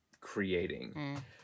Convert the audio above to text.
creating